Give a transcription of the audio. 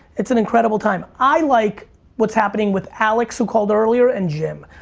it's an incredible time. i like what's happening with alex who called earlier and jim.